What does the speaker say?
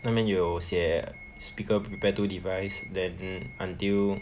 那边有写 speaker prepare two device then until